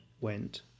went